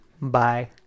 Bye